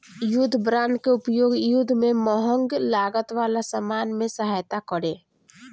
युद्ध बांड के उपयोग युद्ध में महंग लागत वाला सामान में सहायता करे